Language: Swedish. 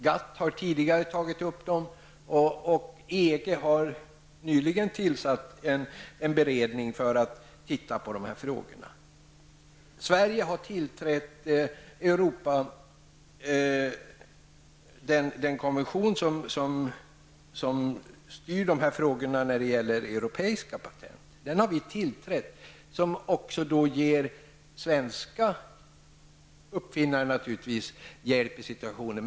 GATT har tidigare tagit upp dem, och EG har nyligen tillsatt en beredning för att se över dessa frågor. Sverige har anslutit sig till den konvention som styr dessa frågor när det gäller europeiska patent. Den ger naturligtvis även svenska uppfinnare hjälp i vissa situationer.